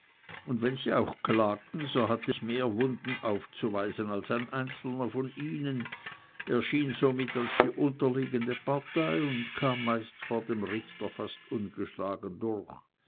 und wenn sie auch klagten so hatte ich mehr wunden aufzuweisen als ein einzelner von ihnen erschien somit als die unterliegende partei und kam meist vor dem richter fast ungeschlagen durch